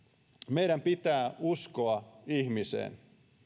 meidän pitää uskoa ihmiseen